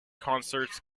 concerts